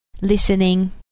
listening